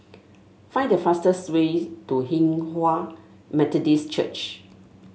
find the fastest way to Hinghwa Methodist Church